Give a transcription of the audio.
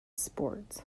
sports